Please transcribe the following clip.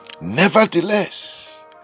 Nevertheless